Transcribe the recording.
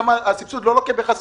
שם הסבסוד לא לוקה בחסר,